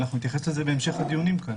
ואנחנו נתייחס לזה בהמשך הדיונים כאן.